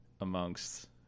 amongst